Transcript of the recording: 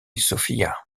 sophia